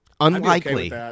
Unlikely